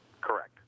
Correct